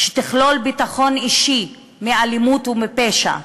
שתכלול ביטחון אישי מאלימות ומפשע,